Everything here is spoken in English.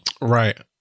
Right